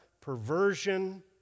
perversion